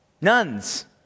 Nuns